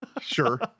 sure